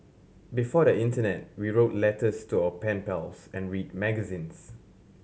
before the internet we wrote letters to our pen pals and read magazines